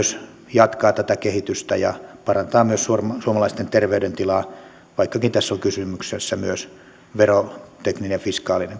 jatkaa tätä kehitystä ja parantaa myös suomalaisten terveydentilaa vaikkakin tässä on kysymyksessä myös verotekninen fiskaalinen